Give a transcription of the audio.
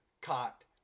caught